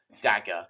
dagger